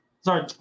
Sorry